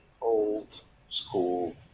old-school